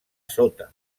sota